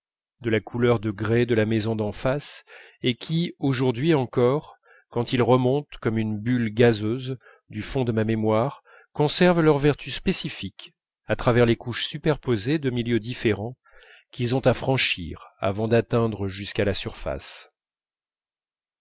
de la couleur de grès de la maison d'en face et qui aujourd'hui encore quand ils remontent comme une bulle gazeuse du fond de ma mémoire conservent leur vertu spécifique à travers les couches superposées de milieux différents qu'ils ont à franchir avant d'atteindre jusqu'à la surface